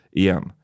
igen